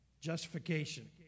Justification